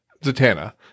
Zatanna